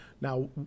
Now